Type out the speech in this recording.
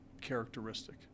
Characteristic